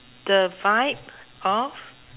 the vibe of